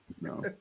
no